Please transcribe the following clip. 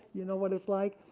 you know what is like.